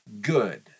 good